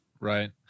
Right